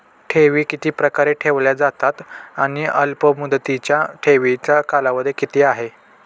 ठेवी किती प्रकारे ठेवल्या जातात आणि अल्पमुदतीच्या ठेवीचा कालावधी किती आहे?